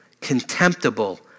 contemptible